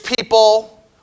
people